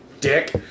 dick